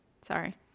Sorry